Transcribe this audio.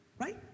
right